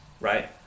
right